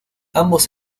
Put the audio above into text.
ambos